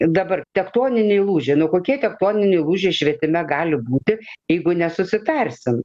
dabar tektoniniai lūžiai nu kokie tektoniniai lūžiai švietime gali būti jeigu nesusitarsim